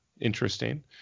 interesting